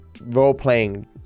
role-playing